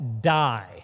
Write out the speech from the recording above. die